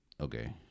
Okay